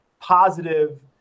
positive